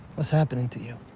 what's happening to you?